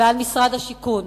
ועל משרד השיכון